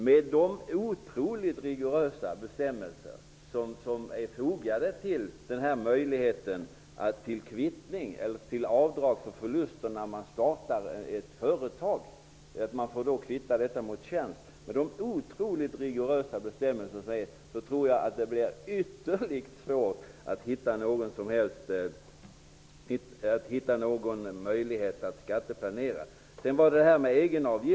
Med de otroligt rigorösa bestämmelser som är fogade till möjligheten att kvitta avdrag för förluster när man startar ett företag mot inkomst av tjänst tror jag att det blir ytterligt svårt att hitta någon möjlighet att skatteplanera i det avseendet.